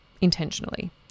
intentionally